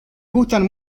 gustan